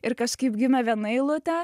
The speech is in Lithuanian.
ir kažkaip gimė viena eilutė